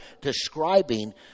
describing